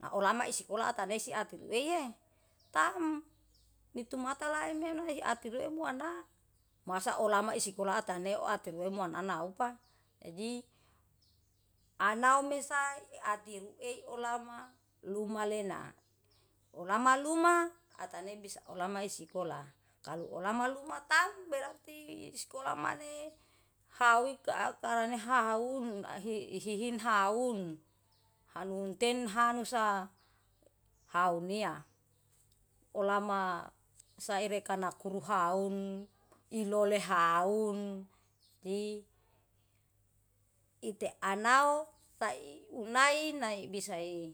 Naulama isikola atanesi atueiye taem nitumata laem hena hiatu reumuna. Masa olama isikola ataneu atreu muanana upa, jaji anau mehsa ati ruei olama lumalena. Olama luma atane bisa olama isikola, kalu olama luma taem berarti sikola male haw wika karaneha haun ihihin haun. Hanun ten hanusa hawnia, olama saereka nakuruhaun ilokeha haun i iteanau unai nai bisa i.